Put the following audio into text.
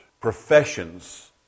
professions